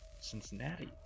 Cincinnati